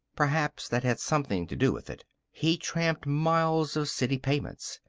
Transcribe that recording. perhaps that had something to do with it. he tramped miles of city pavements.